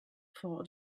for